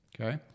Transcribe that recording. okay